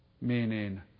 Meaning